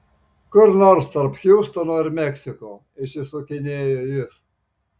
kur nors tarp hjustono ir meksiko išsisukinėja jis